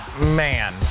man